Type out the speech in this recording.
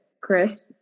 Chris